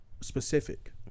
specific